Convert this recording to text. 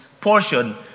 portion